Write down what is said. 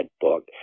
book